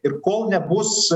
ir kol nebus